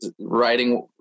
writing